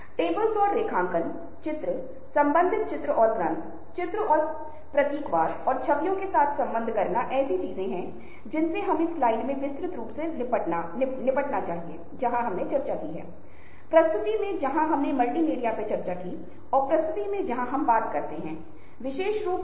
अब क्या वायरल होगा कुछ ऐसा है जिसे वैज्ञानिक और शोधकर्ता खोज रहे हैं यह भविष्यवाणी करना मुश्किल है लेकिन एक निश्चित सीमा तक जब चीजें वायरल होती हैं तो वे सफल होते हैं क्योंकि उन्हें मीडिया का बहुत ध्यान आकर्षित होता है